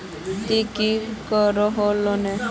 ती की करोहो लोन?